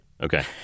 Okay